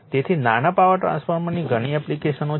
તેથી નાના પાવર ટ્રાન્સફોર્મરની ઘણી એપ્લિકેશનો છે